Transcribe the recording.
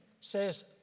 says